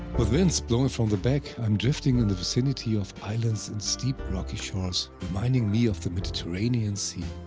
with winds blowing from the back, i am drifting in the vicinity of islands and steep, rocky shores, reminding me of the mediterranean sea.